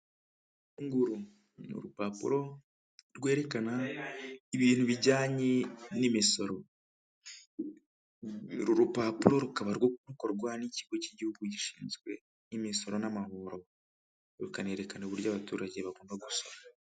Uru nguru ni urupapuro rwerekana ibintu bijyanye n'imisoro. Uru rupapuro rukaba rukorwa n'ikigo cy'igihugu gishinzwe imisoro n'amahoro. Rukanerekana uburyo abaturage bagomba gusora.